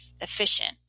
efficient